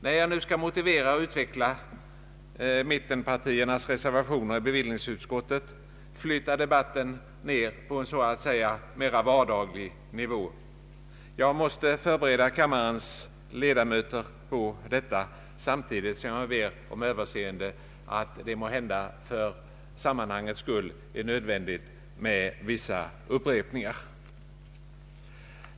När jag nu skall motivera och utveckla mittenpartiernas reservationer i beviliningsutskottet, flyttar debatten ner på en så att säga mera vardaglig nivå. Jag måste förbereda kammarens ledamöter på detta, samtidigt som jag ber om överseende med att det måhända för sammanhangets skull är nödvändigt med vissa upprepningar.